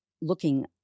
looking